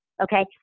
okay